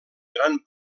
gran